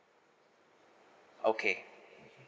okay